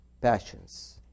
passions